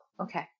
okay